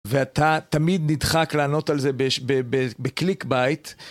ואתה תמיד נדחק לענות על זה בקליק בייט.